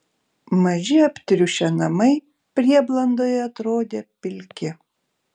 maži aptriušę namai prieblandoje atrodė pilki